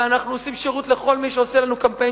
ואנחנו עושים שירות לכל מי שעושה לנו קמפיין